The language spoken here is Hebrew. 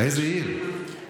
איזו עיר?